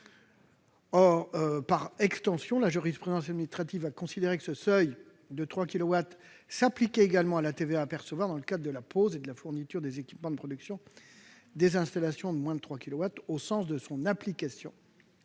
Par extension, la jurisprudence administrative a considéré que ce seuil de 3 kilowatts crête s'appliquait également à la TVA à percevoir dans le cadre de la pose et de la fourniture des équipements de production des installations de moins de 3 kilowatts crête, au sens de son application